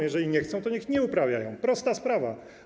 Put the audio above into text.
Jeżeli nie chcą, to niech jej nie uprawiają, prosta sprawa.